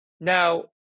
Now